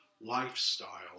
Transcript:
lifestyle